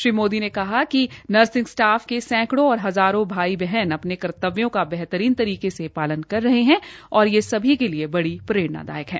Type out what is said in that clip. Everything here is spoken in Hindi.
श्री मोदी ने कहा कि नर्सिंग स्टाफ के सैकड़ों और हजारों भाई बहन अपने कर्तव्यों का बेहतरीन तरीके से पालन कर रहे है और यह सभी के लिए बड़ी प्ररेणा है